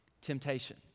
temptation